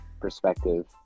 perspective